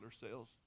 Sales